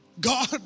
God